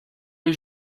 les